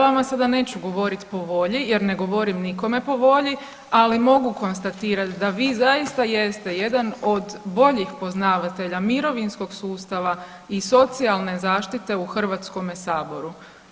Ja vama sada neću govorit po volji jer ne govorim nikome po volji, ali mogu konstatirati da vi zaista jeste jedan od boljih poznavatelja mirovinskog sustava i socijalne zaštite u Hrvatskome saboru.